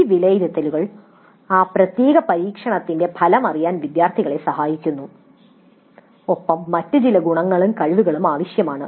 ഈ വിലയിരുത്തലുകൾ ആ പ്രത്യേക പരീക്ഷണത്തിന്റെ ഫലം അറിയാൻ വിദ്യാർത്ഥികളെ സഹായിക്കുന്നു ഒപ്പം മറ്റ് ചില ഗുണങ്ങളും കഴിവുകളും ആവശ്യമാണ്